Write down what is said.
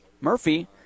Murphy